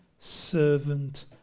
servant